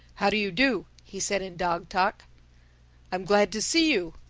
how do you do? he said in dog-talk i am glad to see you,